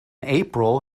april